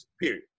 period